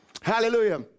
Hallelujah